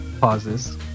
pauses